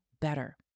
better